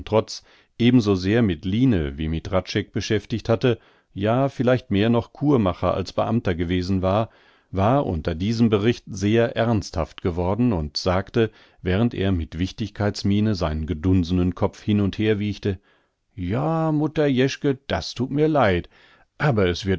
sehr mit line wie mit hradscheck beschäftigt hatte ja vielleicht mehr noch courmacher als beamter gewesen war war unter diesem bericht sehr ernsthaft geworden und sagte während er mit wichtigkeitsmiene seinen gedunsenen kopf hin und her wiegte ja mutter jeschke das thut mir leid aber es